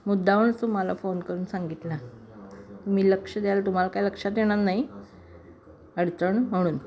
मुद्दामहूनच तुम्हाला फोन करून सांगितला तुम्ही लक्ष द्याल तुम्हाला काय लक्षात येणार नाही अडचण म्हणून